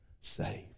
saved